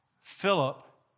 Philip